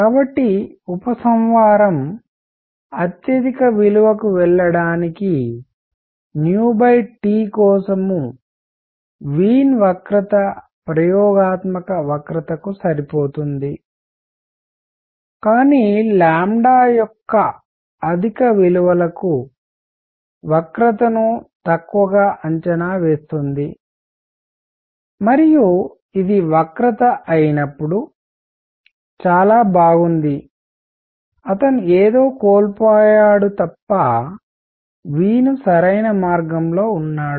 కాబట్టి ఉపసంహారము అత్యధిక విలువ కి వెళ్లడానికి T కోసం వీన్ వక్రత ప్రయోగాత్మక వక్రతకు సరిపోతుంది కానీ యొక్క అధిక విలువలకు వక్రతను తక్కువగా అంచనా వేస్తుంది మరియు ఇది వక్రత అయినప్పుడు చాలా బాగుంది అతను ఏదో కోల్పోయాడు తప్ప వీన్ సరైన మార్గంలో ఉన్నాడు